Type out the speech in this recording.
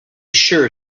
sure